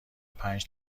پنج